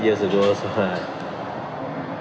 years ago also right